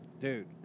Dude